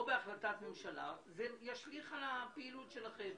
בהחלטת ממשלה זה ישליך על הפעילות שלכם.